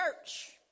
church